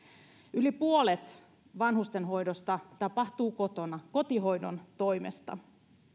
yli puolet vanhustenhoidosta tapahtuu kotona kotihoidon toimesta